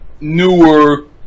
newer